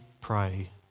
pray